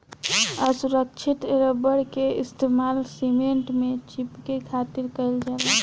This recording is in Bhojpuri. असुरक्षित रबड़ के इस्तेमाल सीमेंट में चिपके खातिर कईल जाला